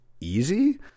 easy